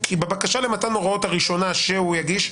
כי בבקשה למתן הוראות הראשונה שהוא יגיש,